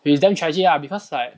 which is damn tragic lah because like